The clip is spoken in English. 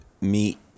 meet